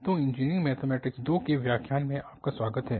तो engineering mathematics II के व्याख्यान में आपका स्वागत है